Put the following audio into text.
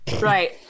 Right